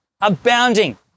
Abounding